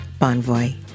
Bonvoy